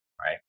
right